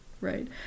right